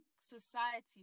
society